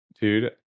Dude